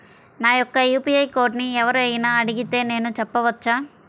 నా యొక్క యూ.పీ.ఐ కోడ్ని ఎవరు అయినా అడిగితే నేను చెప్పవచ్చా?